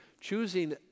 choosing